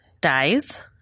dies